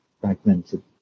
fragmented